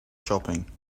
shopping